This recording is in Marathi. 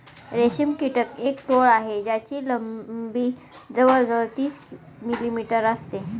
रेशम कीटक एक टोळ आहे ज्याची लंबी जवळ जवळ तीस मिलीमीटर असते